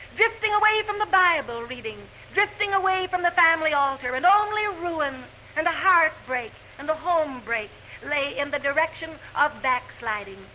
drifting away from the bible-reading, drifting away from the family altar. and only ah ruin and the heartbreak and the home-break lay in the direction of backsliding.